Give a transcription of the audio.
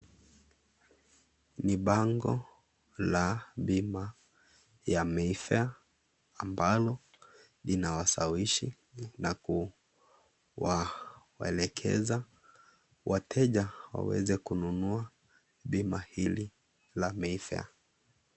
Ni bango la bima ya Meifare ambalo linawashawishi na kuwaelekeza wateja waweze kununua bima hiki la Meifare.